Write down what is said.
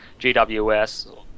GWS